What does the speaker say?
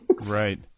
Right